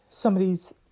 Somebody's